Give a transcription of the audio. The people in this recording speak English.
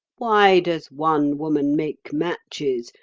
why does one woman make matches,